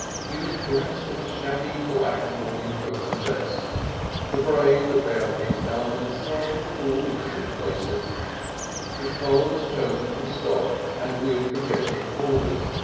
he was dressed in a shabby black morning coat and vest the braid that bound these garments was a little loose in places his collar was chosen from stock and with projecting corners,